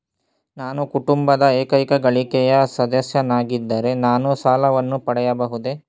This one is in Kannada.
ನಾನು ಕುಟುಂಬದ ಏಕೈಕ ಗಳಿಕೆಯ ಸದಸ್ಯನಾಗಿದ್ದರೆ ನಾನು ಸಾಲವನ್ನು ಪಡೆಯಬಹುದೇ?